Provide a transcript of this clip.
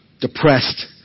depressed